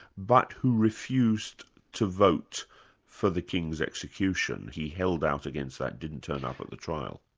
but who refused to vote for the king's execution. he held out against that, didn't turn up at the trial.